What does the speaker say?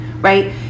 right